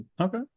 Okay